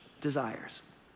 desires